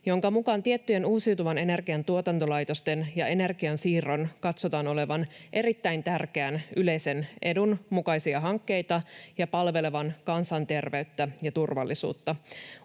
jonka mukaan tiettyjen uusiutuvan energian tuotantolaitosten ja energiansiirron katsotaan olevan erittäin tärkeän yleisen edun mukaisia hankkeita ja palvelevan kansanterveyttä ja turvallisuutta.